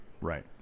Right